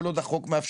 כל עוד החוק מאפשר,